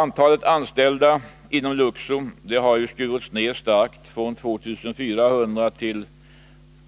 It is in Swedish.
Antalet anställda inom Luxor har skurits ner starkt från 2 400 till